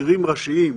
בצירים ראשיים,